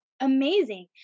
amazing